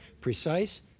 precise